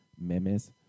Memes